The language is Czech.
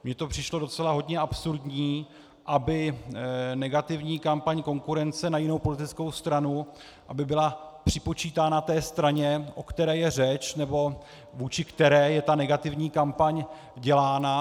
Mně to přišlo docela hodně absurdní, aby negativní kampaň konkurence na jinou politickou stranu byla připočítána té straně, o které je řeč nebo vůči které je ta negativní kampaň dělána.